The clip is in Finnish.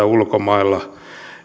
ulkomailla